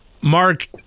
Mark